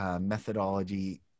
Methodology